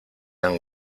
han